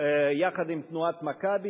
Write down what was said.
יחד עם תנועת "מכבי".